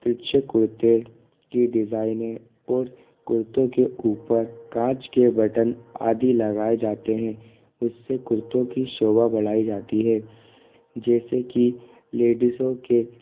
तुछे कुर्ते की डिजाइने और कुर्तों के ऊपर काँच के बटन आदि लगाए जाते हैं उससे कुर्तों की शोभा बढ़ाई जाती है जैसे कि लेडिसों के